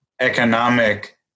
economic